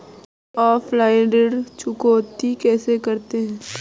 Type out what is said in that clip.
Offline ऋण चुकौती कैसे करते हैं?